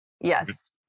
Yes